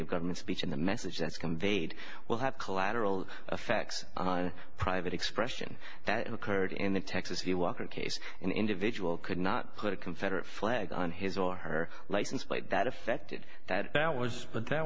of government speech in the message that's conveyed will have collateral effects private expression that occurred in the texas view walker case an individual could not put a confederate flag on his or her license plate that affected that was but that